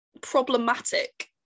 problematic